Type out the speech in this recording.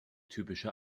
typische